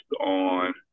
on